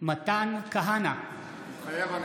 מתן כהנא, מתחייב אני